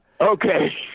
Okay